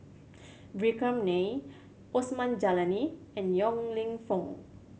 Vikram Nair Osman Zailani and Yong Lew Foong